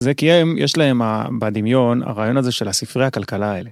זה כי הם, יש להם ה... בדמיון, הרעיון הזה של הספרי הכלכלה האלה.